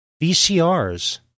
VCRs